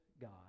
God